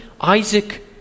Isaac